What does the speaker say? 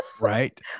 Right